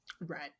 right